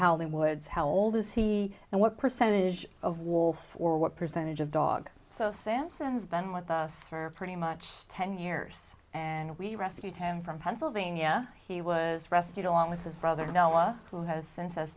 the woods how old is he and what percentage of wall or what percentage of dog so sampson's been with us for pretty much ten years and we rescued him from pennsylvania he was rescued along with his brother noah who has since has